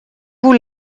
vous